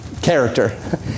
Character